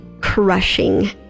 crushing